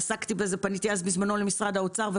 עסקתי בזה, ופניתי בזמנו למשרד האוצר.